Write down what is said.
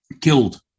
killed